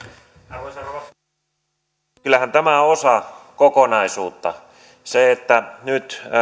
arvoisa rouva puhemies kyllähän tämä on osa kokonaisuutta se että nyt